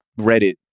Reddit